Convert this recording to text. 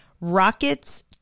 Rockets